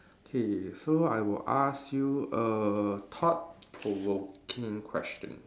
okay so I would ask you a thought provoking question